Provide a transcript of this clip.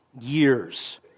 years